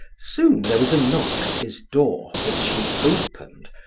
soon there was a knock at his door, which he opened,